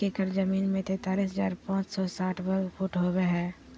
एक एकड़ जमीन में तैंतालीस हजार पांच सौ साठ वर्ग फुट होबो हइ